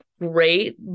great